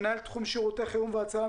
מנהל תחום שירותי חירום והצלה,